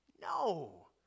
No